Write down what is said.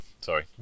sorry